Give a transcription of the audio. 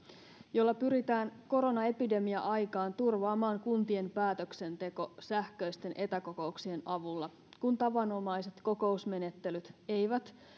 jolla pyritään koronaepidemia aikaan turvaamaan kuntien päätöksenteko sähköisten etäkokouksien avulla kun tavanomaiset kokousmenettelyt eivät